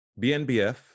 BNBF